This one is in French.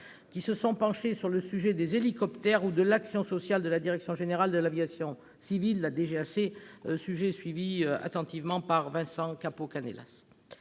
particulièrement penchés sur le sujet des hélicoptères -ou de l'action sociale de la direction générale de l'aviation civile, la DGAC, sujet suivi attentivement par Vincent Capo-Canellas.